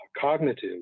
cognitive